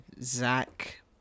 Zach